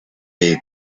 day